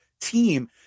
team